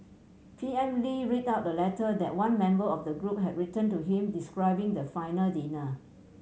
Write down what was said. P M Lee read out the letter that one member of the group had written to him describing the final dinner